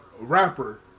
rapper